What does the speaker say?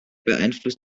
beeinflusst